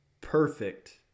perfect